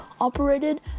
operated